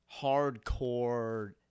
hardcore